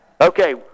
Okay